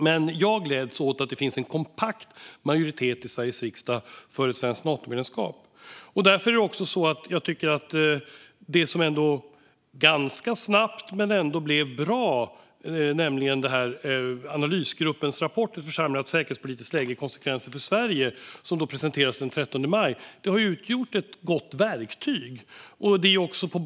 Men jag gläds åt att det finns en kompakt majoritet i Sveriges riksdag för ett svenskt Natomedlemskap. Därför tycker jag också att det som gick ganska snabbt men som ändå blev bra, nämligen analysgruppens rapport Ett försämrat säkerhetspolitiskt läge - konsekvenser för Sverige som presenterades den 13 maj, har utgjort ett gott verktyg.